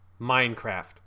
Minecraft